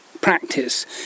practice